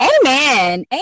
amen